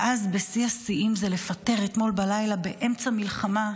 ואז בשיא השיאים לפטר את שר הביטחון אתמול בלילה באמצע מלחמה,